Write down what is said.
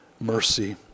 mercy